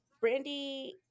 Brandy